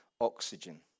oxygen